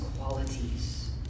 qualities